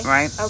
Right